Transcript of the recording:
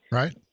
right